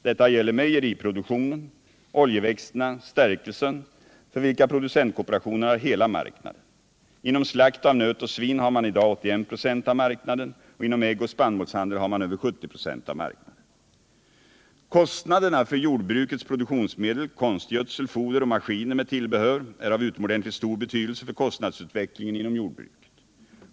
Detta gäller mejeriproduktionen, oljeväxterna och stärkelsen, för vilka producentkooperationen har hela marknaden. Inom slakt av nöt och svin har man i dag 81 26 av marknaden och inom äggoch spannmålshandel har man över 70 96 av marknaden. Kostnaderna för jordbrukets produktionsmedel, konstgödsel, foder och maskiner med tillbehör är av utomordentligt stor betydelse för kostnadsutvecklingen inom jordbruket.